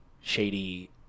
shady